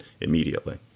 immediately